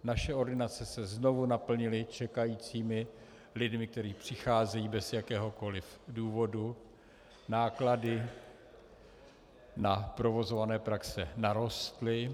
Naše ordinace se znovu naplnily čekajícími lidmi, kteří přicházejí bez jakéhokoliv důvodu, náklady na provozované praxe narostly.